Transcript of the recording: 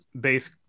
base